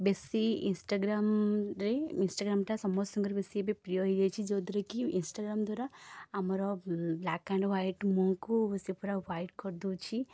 ବେଶି ଇନ୍ସଟାଗ୍ରାମ୍ରେ ଇନ୍ସଟାଗ୍ରାମ୍ଟା ସମସ୍ତଙ୍କର ବେଶି ଏବେ ପ୍ରିୟ ହେଇଯାଇଛି ଯେଉଁଥିରେକି ଇନ୍ସଟାଗ୍ରାମ୍ ଦ୍ୱାରା ଆମର ବ୍ଲାକ୍ ଆଣ୍ଡ୍ ହ୍ୱାଇଟ୍ ମୁହଁକୁ ସେ ପୁରା ହ୍ୱାଇଟ୍ କରିଦେଉଛି